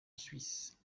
suisse